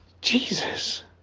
Jesus